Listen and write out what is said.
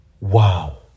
Wow